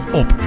op